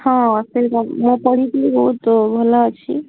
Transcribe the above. ହଁ ସେ ପଢ଼ିକି ବହୁତ ଭଲ ଅଛି